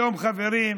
היום, חברים,